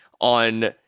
on